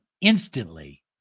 instantly